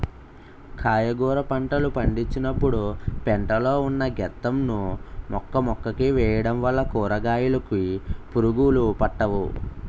కాయగుర పంటలు పండించినపుడు పెంట లో ఉన్న గెత్తం ను మొక్కమొక్కకి వేయడం వల్ల కూరకాయలుకి పురుగులు పట్టవు